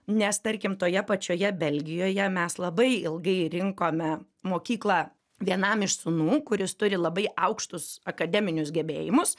nes tarkim toje pačioje belgijoje mes labai ilgai rinkome mokyklą vienam iš sūnų kuris turi labai aukštus akademinius gebėjimus